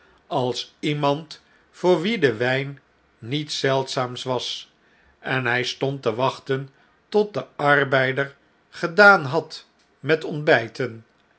als iemand voor wien de wgn niets zeldzaams was en hij stond te wachten tot de arbeider gedaan had met ontbtjten